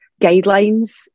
guidelines